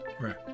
right